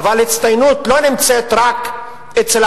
והיא נמצאת בפלנטה